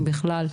אם בכלל,